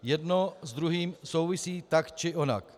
Jedno s druhým souvisí tak či onak.